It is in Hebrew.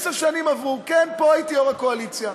עשר שנים עברו, כן, פה הייתי יו"ר הקואליציה,